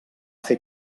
fer